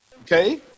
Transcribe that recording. okay